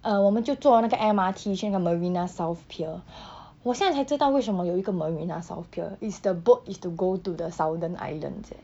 uh 我们就坐那个 M_R_T 去那个 marina south pier 我现在才知道为什么有一个 marina south pier is the boat is to go to the southern islands eh